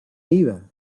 iba